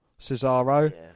Cesaro